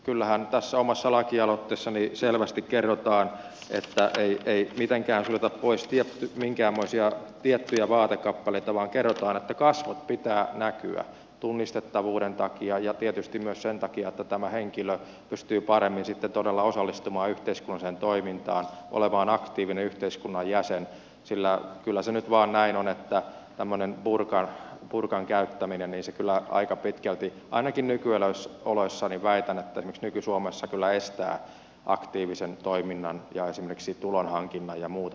kyllähän tässä omassa lakialoitteessani selvästi kerrotaan että ei mitenkään suljeta pois minkäänmoisia tiettyjä vaatekappaleita vaan kerrotaan että kasvojen pitää näkyä tunnistettavuuden takia ja tietysti myös sen takia että tämä henkilö pystyy paremmin sitten todella osallistumaan yhteiskunnalliseen toimintaan olemaan aktiivinen yhteiskunnan jäsen sillä kyllä se nyt vaan näin on että tämmöinen burkan käyttäminen aika pitkälti ainakin nykyoloissa väitän esimerkiksi nyky suomessa estää aktiivisen toiminnan ja esimerkiksi tulonhankinnan ja muuta vastaavaa